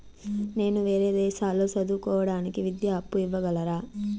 నేను వేరే దేశాల్లో చదువు కోవడానికి విద్యా అప్పు ఇవ్వగలరా?